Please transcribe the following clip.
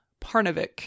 Parnovik